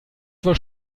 vor